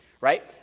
right